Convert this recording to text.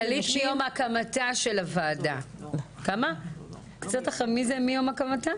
דלית מיום הקמתה של הוועדה, כמה זה מיום הקמת?